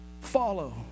follow